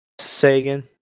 Sagan